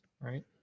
right